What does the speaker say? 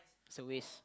it's a waste